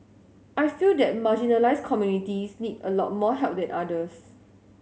I feel that marginalised communities need a lot more help than others